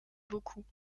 beaucoup